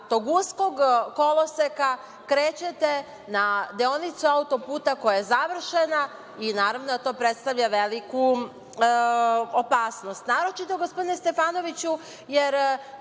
tog uskog koloseka krećete na deonicu auto-puta koja je završena i naravno da to predstavlja veliku opasnost. Naročito,